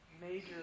major